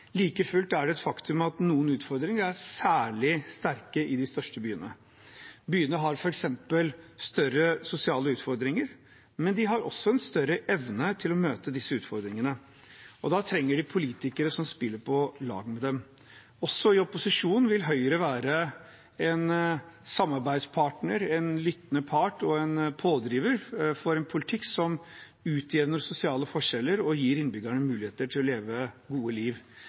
like fullt er det et faktum at noen utfordringer er særlig sterke i de største byene. Byene har f.eks. større sosiale utfordringer, men de har også en større evne til å møte disse utfordringene. Da trenger de politikere som spiller på lag med dem. Også i opposisjon vil Høyre være en samarbeidspartner, en lyttende part og en pådriver for en politikk som utjevner sosiale forskjeller og gir innbyggerne muligheter til å leve gode liv.